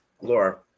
Laura